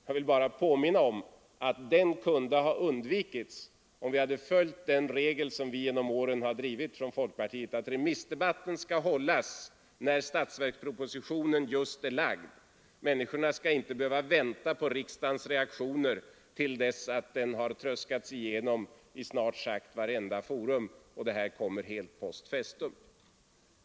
Jag vill bara påminna om att den kunde ha undvikits om vi hade följt den regel som vi genom åren har drivit från folkpartiet: att remissdebatten skall hållas när statsverkspropositionen just är lagd. Människorna skall inte behöva vänta på riksdagens reaktioner till dess att statsverkspropositionen har tröskats igenom snart sagt vartenda forum; remissdebatten skall inte komma helt post festum.